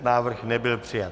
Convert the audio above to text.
Návrh nebyl přijat.